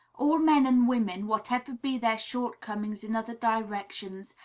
all men and women, whatever be their shortcomings in other directions,